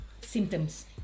Symptoms